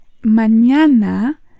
Mañana